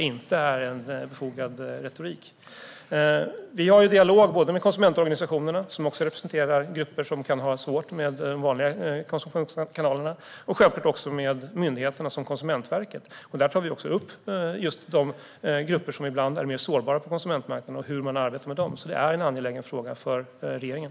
Vi har en dialog med konsumentorganisationerna, som även representeras av grupper som kan ha svårigheter med de vanliga konsumtionskanalerna, och med myndigheter som Konsumentverket. Där tar vi upp hur man arbetar med de grupper som är mer sårbara på konsumentmarknaden. Detta är en angelägen fråga för regeringen.